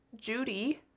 judy